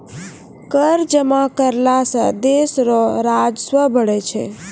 कर जमा करला सं देस रो राजस्व बढ़ै छै